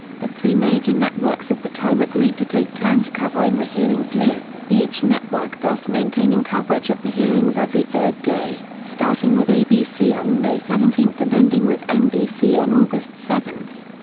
the three major networks of the time agreed to take turns covering the hearings live, each network thus maintaining coverage of the hearings every third day, starting with abc on may seventeen and ending with nbc on august seven.